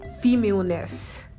femaleness